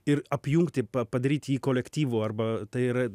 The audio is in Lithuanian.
ir apjungti padaryti jį kolektyvu arba tai yra